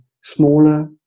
smaller